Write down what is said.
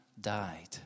died